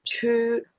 two